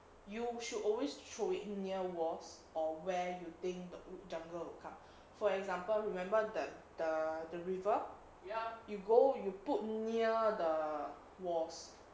you should always throw it near walls or where you think the jungler will come for example remember that the the river you go you put near the walls